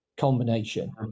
combination